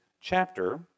chapter